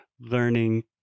learning